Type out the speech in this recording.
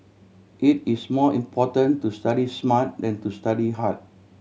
it is more important to study smart than to study hard